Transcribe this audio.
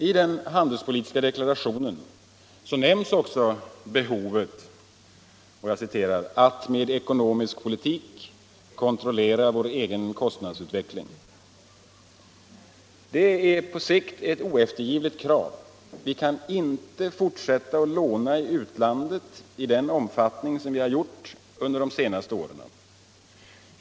I den handelspolitiska deklarationen nämns också behovet ”att med ekonomisk politik kontrollera vår egen kostnadsutveckling”. Detta är på sikt ett oeftergivligt krav. Vi kan inte fortsätta att låna i utlandet i den omfattning vi gjort under de senaste åren.